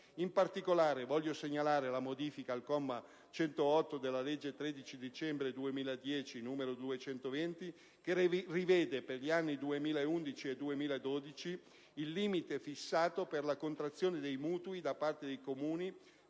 In particolare, voglio segnalare la modifica al comma 108 dell'articolo 1 della legge 13 dicembre 2010, n. 220 che rivede per gli anni 2011 e 2012 il limite fissato per la contrazione dei mutui da parte dei Comuni